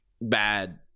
bad